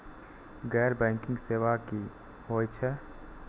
गैर बैंकिंग सेवा की होय छेय?